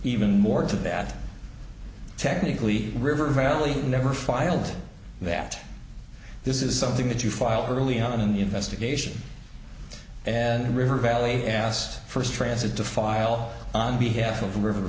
even more to that technically river valley never filed that this is something that you filed her early on in the investigation and river valley asked first transit to file on behalf of river